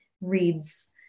reads